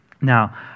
Now